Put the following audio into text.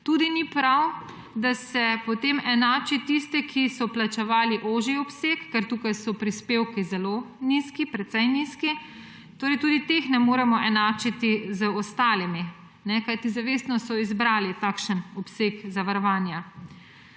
Tudi ni prav, da se potem enači tiste, ki so plačevali ožji obseg, ker tukaj so prispevki zelo nizki, precej nizki, tudi teh ne moremo enačiti z ostalimi, kajti zavestno so izbrali takšen obseg zavarovanja.